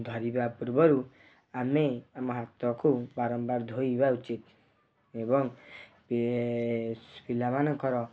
ଧରିବା ପୂର୍ବରୁ ଆମେ ଆମ ହାତକୁ ବାରମ୍ବାର ଧୋଇବା ଉଚିତ୍ ଏବଂ ପି ପିଲାମାନଙ୍କର